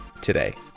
today